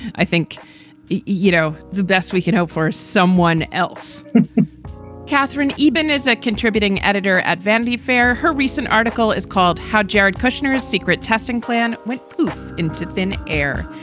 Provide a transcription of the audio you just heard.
i think you know the best we can hope for someone else katherine eban is a contributing editor at vanity fair. her recent article is called how jared kushner, a secret testing plan went poof into thin air.